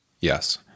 Yes